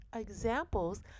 examples